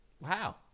wow